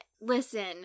listen